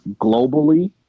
globally